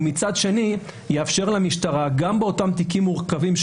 ומצד שני יאפשר למשטרה גם באותם תיקים מורכבים,